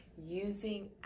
using